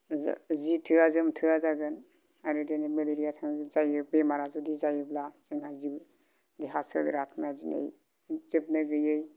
जा जि थोया जोम थोया जागोन आरो दिनै मेलेरिया थानायाव जायो बेमारा जुदि जायोब्ला जोंहा जिउ देहा सोलेरा नोरजिया जायो जोबनो गैयै